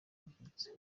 yavutse